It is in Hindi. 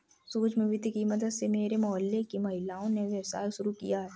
सूक्ष्म वित्त की मदद से मेरे मोहल्ले की महिलाओं ने व्यवसाय शुरू किया है